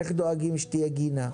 איך דואגים שתהיה גינה?